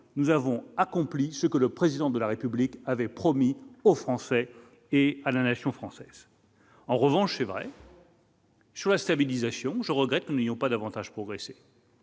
nous avons accompli ce que le président de la République avait promis aux Français et à la nation française, en revanche c'est vrai. Choix stabilisation je regrette que nous n'ayons pas davantage progressé.